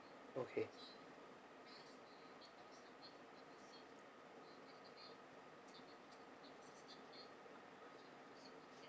okay